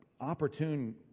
opportune